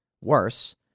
worse